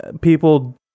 people